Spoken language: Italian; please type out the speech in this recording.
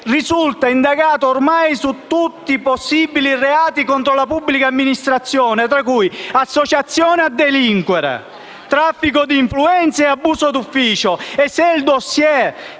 risulta indagato ormai per tutti i possibili reati contro la pubblica amministrazione, tra cui associazione a delinquere, traffico d'influenze e abuso d'ufficio. E se il *dossier*